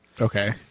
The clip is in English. Okay